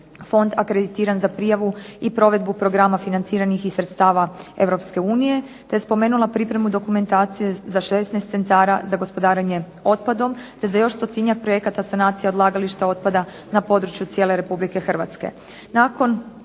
fond akreditiran za prijavu i provedbu programa financiranih iz sredstava Europske u nije te spomenula pripremu dokumentacije za 16 centara za gospodarenje otpadom te za još stotinjak projekata sanacije odlagališta otpada na području cijele Republike Hrvatske.